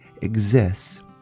exists